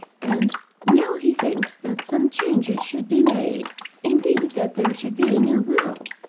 and now he thinks that some changes should be made indeed that there should be a new will.